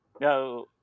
No